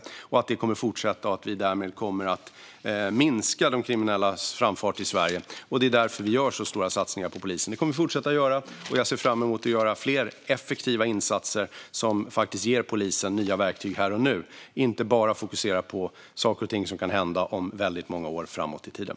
Jag är övertygad om att det kommer att fortsätta och att vi därmed kommer att minska de kriminellas framfart i Sverige. Det är därför vi gör så stora satsningar på polisen, och det kommer vi att fortsätta göra. Jag ser fram emot att göra fler effektiva insatser som faktiskt ger polisen nya verktyg här och nu och inte bara fokuserar på saker och ting som kan hända väldigt många år framåt i tiden.